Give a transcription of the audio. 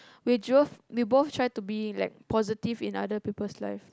we drove we both try to being like positive in other people's life